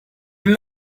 will